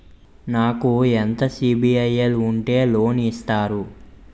నాకు ఎంత సిబిఐఎల్ ఉంటే లోన్ ఇస్తారు?